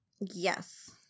Yes